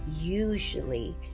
Usually